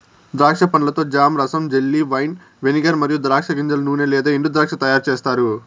ద్రాక్ష పండ్లతో జామ్, రసం, జెల్లీ, వైన్, వెనిగర్ మరియు ద్రాక్ష గింజల నూనె లేదా ఎండుద్రాక్ష తయారుచేస్తారు